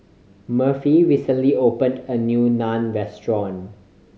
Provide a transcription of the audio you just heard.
Murphy recently opened a new Naan Restaurant